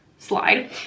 slide